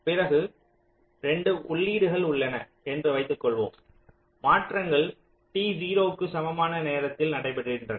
பிறகு 2 உள்ளீடுகள் உள்ளன என்று வைத்துக் கொள்வோம் மாற்றங்கள் t0 க்கு சமமான நேரத்தில் நடை பெறுகின்றன